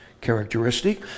characteristic